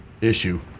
issue